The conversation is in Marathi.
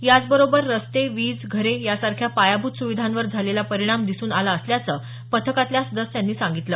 याचबरोबर रस्ते वीज घरे यासारख्या पायाभूत सुविधांवर झालेला परिणाम दिसून आला असल्याचं पथकातल्या सदस्यांनी सांगितलं